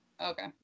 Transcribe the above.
Okay